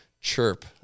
chirp